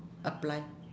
apply